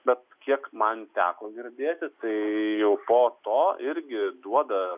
bet kiek man teko girdėti tai jau po to irgi duoda